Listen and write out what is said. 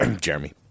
Jeremy